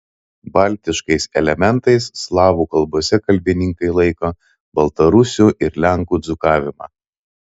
baltiškais elementais slavų kalbose kalbininkai laiko baltarusių ir lenkų dzūkavimą